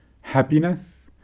Happiness